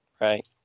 Right